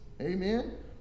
Amen